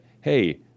hey